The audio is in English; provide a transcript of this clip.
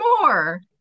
more